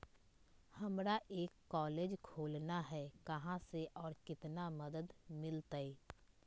हमरा एक कॉलेज खोलना है, कहा से और कितना मदद मिलतैय?